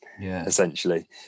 essentially